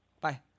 Bye